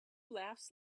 laughs